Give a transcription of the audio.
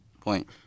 Point